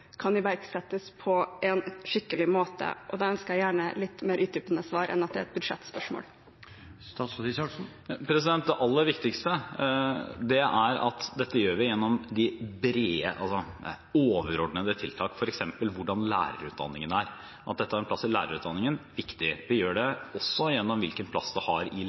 kan iverksettes på en skikkelig måte? Jeg ønsker gjerne et litt mer utdypende svar enn at det er et budsjettspørsmål. Det aller viktigste er at dette gjør vi gjennom brede, overordnede tiltak, f.eks. i lærerutdanningen. At dette har en plass i lærerutdanningen, er viktig. Vi gjør det også gjennom plassen det har i